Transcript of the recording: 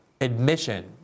admission